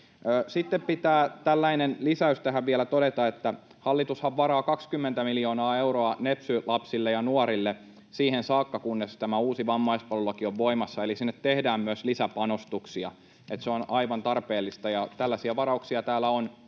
Sitten pitää tällainen lisäys tähän vielä todeta, että hallitushan varaa 20 miljoonaa euroa nepsy-lapsille ja -nuorille siihen saakka, kunnes tämä uusi vammaispalvelulaki on voimassa. Eli sinne tehdään myös lisäpanostuksia. Se on aivan tarpeellista, ja tällaisia varauksia täällä on